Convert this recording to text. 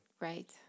Right